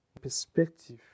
perspective